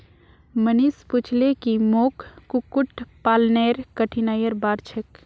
मनीष पूछले की मोक कुक्कुट पालनेर कठिनाइर बार छेक